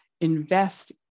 invest